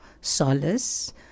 solace